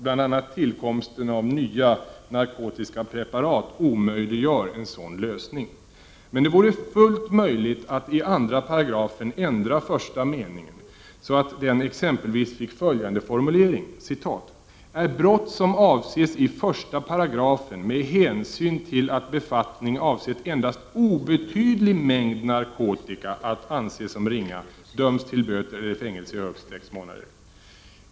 Bl.a. tillkomsten av nya narkotiska preparat omöjliggör en sådan lösning. Men det vore fullt möjligt att i2 § narkotikastrafflagen ändra första meningen, som exempelvis kunde formuleras på följande sätt: Är brott som avses i I § med hänsyn till att befattning avsett endast obetydlig mängd narkotika att anse som ringa, döms till böter eller fängelse i högst sex månader.